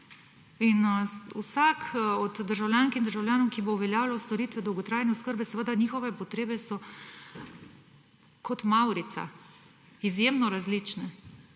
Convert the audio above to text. In vsak od državljank in državljanov, ki bo uveljavljal storitve dolgotrajne oskrbe, seveda njihove potrebe so kot mavrica – izjemno različne.